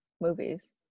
movies